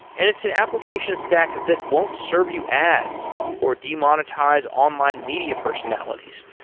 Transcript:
and it's an application stack that won't serve you ads or demonetize online media personalities,